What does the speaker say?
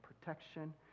protection